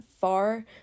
far